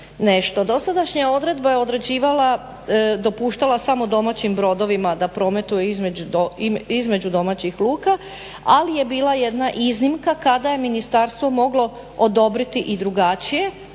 dosadašnja odredba je dopuštala samo domaćim brodovima da prometuju između domaćih luka ali je bila jedna iznimka kada je ministarstvo moglo odobriti i drugačije